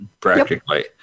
practically